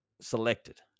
selected